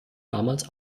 damals